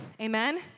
amen